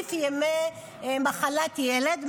להוסיף ימי מחלת ילד,